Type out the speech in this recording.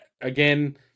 again